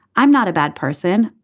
i'm not a bad person.